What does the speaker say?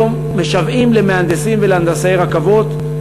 היום משוועים למהנדסים ולהנדסאי רכבות,